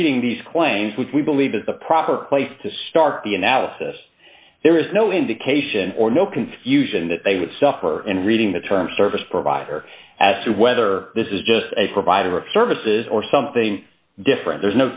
reading these claims which we believe is the proper place to start the analysis there is no indication or no confusion that they would suffer in reading the term service provider as to whether this is just a provider of services or something different there's